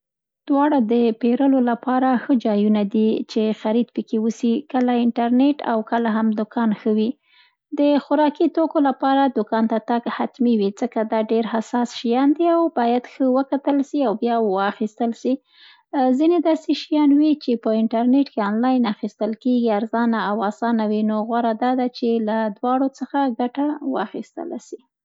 دواړه د پېرولو لپاره ښه جایونه دي، چي خرید پکې وسي، کله انترنیټ او کله هم دکان ښه وي. د خوارکي توکې لپاره دکان ته تګ حتمي وي ځکه دا ډېر حساس شیان دي او باید ښه وکتل سي او بیا واخیستل سي. ځیني دا شیانې وي چي په انترنیټ کې انلاین اخیستل کېږي، ارزانه او اسانه وي، نو غوره دا ده چې له دواړو څخه ګټه واخیستله سي